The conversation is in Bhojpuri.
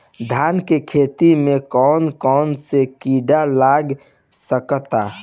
धान के खेती में कौन कौन से किड़ा लग सकता?